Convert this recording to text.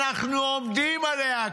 אנחנו עומדים עליה",